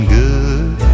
good